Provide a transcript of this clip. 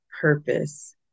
purpose